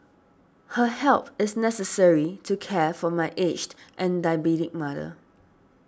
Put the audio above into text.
her help is necessary to care for my aged and diabetic mother